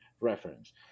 reference